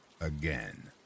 again